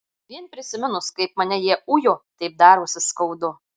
vien prisiminus kaip mane jie ujo taip darosi skaudu